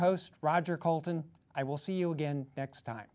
host roger colton i will see you again next time